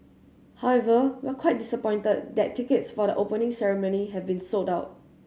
however we're quite disappointed that tickets for the Opening Ceremony have been sold out